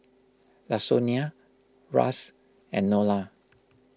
Lasonya Ras and Nola